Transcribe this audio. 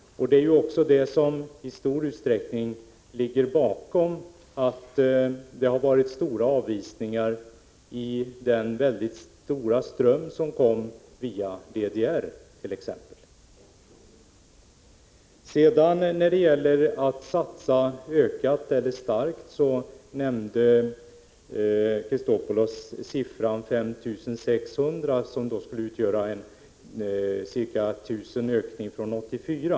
Det är detta som i stor utsträckning ligger bakom exempelvis det stora antalet avvisningar i samband med den stora ström asylsökande som kom via DDR. I anslutning till talet om ökade satsningar nämnde Alexander Chrisopoulos siffran 5 600 för det antal som 1985 beviljades uppehållstillstånd på grund av flyktingeller flyktingliknande skäl, vilket skulle utgöra en ökning med ca 1 000 jämfört med 1984.